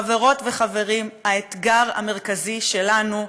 חברות וחברים, האתגר המרכזי שלנו,